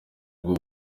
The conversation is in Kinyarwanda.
ubu